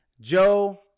joe